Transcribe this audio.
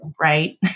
right